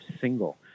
single